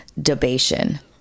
debation